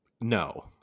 No